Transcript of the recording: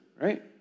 right